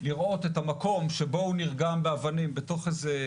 לראות את המקום שבו הוא נרגם באבנים בתוך איזה